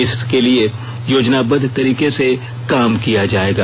इसके लिए योजनाबद्व तरीके से काम किया जायेगा